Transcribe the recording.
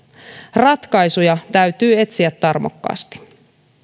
ratkaisuja täytyy etsiä tarmokkaasti